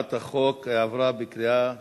הצעת החוק עברה בקריאה שנייה.